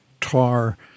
tar